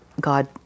God